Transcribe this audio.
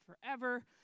forever